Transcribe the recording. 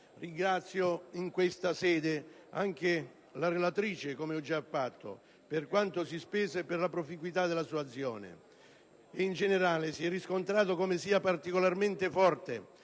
Ringrazio in questa sede anche la relatrice, come ho già fatto, per quanto si è spesa e per la proficuità della sua azione. In generale, si è riscontrato come sia particolarmente forte